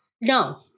No